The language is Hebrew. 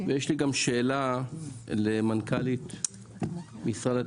יש לי שאלה למנכ"לית משרד התקשורת.